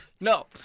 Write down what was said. No